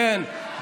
כן,